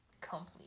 complete